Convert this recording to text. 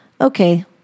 Okay